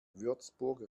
würzburg